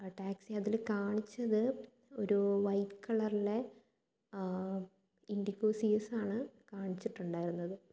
taxi അതിൽ കാണിച്ചത് ഒരു വൈറ്റ് കളറിലെ ഇൻഡിഗോ സി എസ്സാണ് കാണിച്ചിട്ടുണ്ടായിരുന്നത്